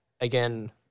again